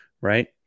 Right